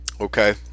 Okay